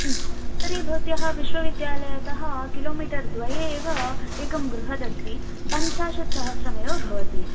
तर्हि भवत्याः विश्वविद्यालयतः किलोमीटर् द्वये एव एकं बृहदस्ति पञ्चाशत्सहस्रमेव भवति